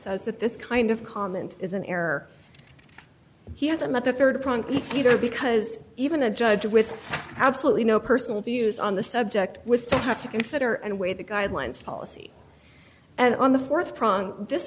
says that this kind of comment is an error he hasn't met the rd prong either because even a judge with absolutely no personal views on the subject would still have to consider and weigh the guidelines policy and on the th pronk this